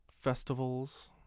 festivals